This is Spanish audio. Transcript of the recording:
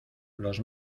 los